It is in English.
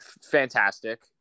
fantastic